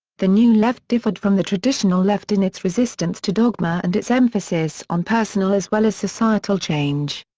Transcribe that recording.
the new left differed from the traditional left in its resistance to dogma and its emphasis on personal as well as societal change.